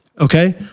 Okay